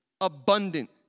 abundant